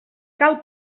cal